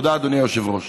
תודה, אדוני היושב-ראש.